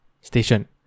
station